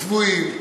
צבועים.